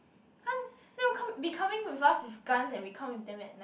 can't then will come be coming with us with guns and we come with them at knives